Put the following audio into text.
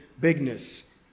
bigness